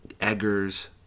Eggers